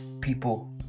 people